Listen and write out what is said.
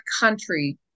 country